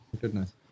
goodness